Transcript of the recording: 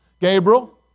Gabriel